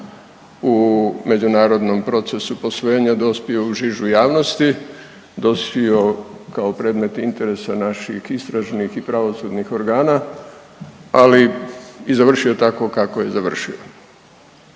u međunarodnom procesu posvojenja dospio u žižu javnosti, dospio kao predmet interesa naših istražnih i pravosudnih organa, ali i završio tako kako je završio,